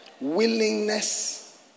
Willingness